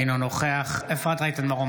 אינו נוכח אפרת רייטן מרום,